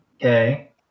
Okay